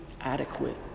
adequate